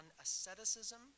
asceticism